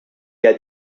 had